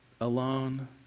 alone